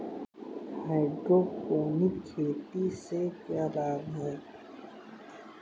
Hydroponic खेती से क्या लाभ हैं?